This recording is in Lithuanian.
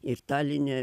ir taline